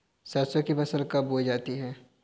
सरसों की फसल कब बोई जाती है?